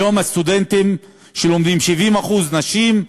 היום הסטודנטים שלומדים, 70% הם נשים,